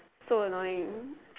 so annoying